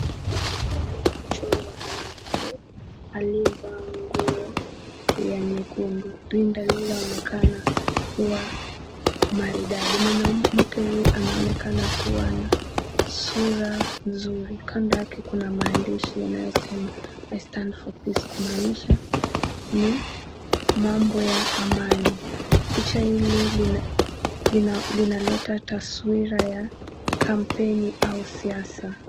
Ni bango iliyo na mchoro wa mwanmke aliyevaa nguo ya nyekundu. Rinda linaonekana kuwa maridadi. Mwanamke huyu anaonekana kuwa na sura nzuri. Kando yake kuna maandishi yanayosema 'I stand for Peace' kumaanisha ni mambo ya amani. Picha hili linaleta taswira ya kampeni au siasa.